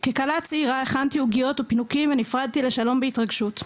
ככלה צעירה הכנתי עוגיות ופינוקים ונפרדתי לשלום בהתרגשות.